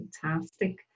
fantastic